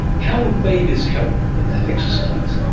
how would babies help in that exercise?